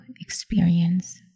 experience